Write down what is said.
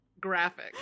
graphic